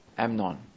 Amnon